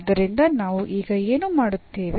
ಆದ್ದರಿಂದ ನಾವು ಈಗ ಏನು ಮಾಡುತ್ತೇವೆ